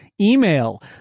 email